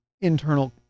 internal